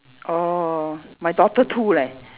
orh my daughter too leh